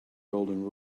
golden